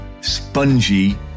spongy